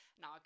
Now